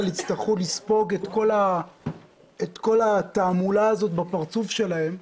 יצטרכו לספוג את כל התעמולה הזאת בפרצוף שלהם.